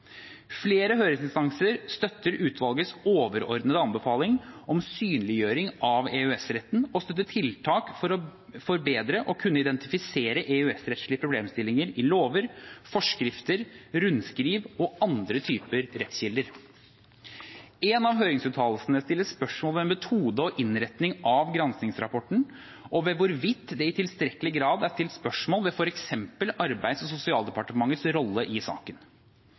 Flere høringsinstanser støtter utvalgets overordnede anbefalinger om synliggjøring av EØS-retten og støtter tiltak for bedre å kunne identifisere EØS-rettslige problemstillinger i lover, forskrifter, rundskriv og andre typer rettskilder. En av høringsuttalelsene stiller spørsmål ved metode og innretning av granskingsrapporten og ved hvorvidt det i tilstrekkelig grad er stilt spørsmål ved f.eks. Arbeids- og sosialdepartementets rolle i saken.